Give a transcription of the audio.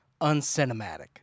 uncinematic